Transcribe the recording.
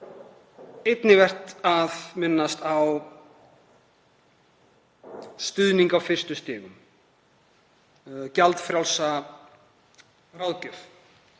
einnig vert að minnast á stuðning á fyrstu stigum, gjaldfrjálsa ráðgjöf